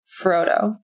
Frodo